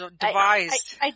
devised-